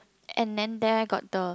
and then there got the